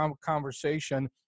conversation